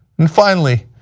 and finally,